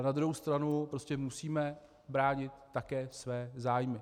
Na druhou stranu prostě musíme bránit také své zájmy.